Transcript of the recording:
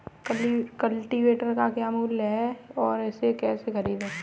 Cultivator का मूल्य क्या है और इसे कैसे खरीदें?